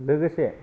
लोगोसे